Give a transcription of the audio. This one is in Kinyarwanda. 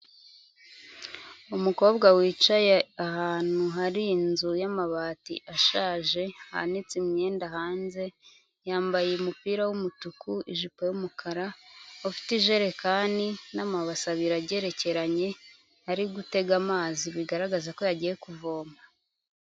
Umukobwa wicaye ahantu hari inzu y'amabati ashaje hanitse imyenda hanze, yambaye umupira w'umutuku ijipo y'umukara, ufite ijerekani n'amabase abiri agerekeranye ari gutega amazi, bigaragaza ko yagiye kuvoma.